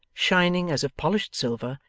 shining as of polished silver,